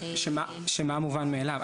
מה מובן מאליו?